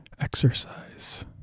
exercise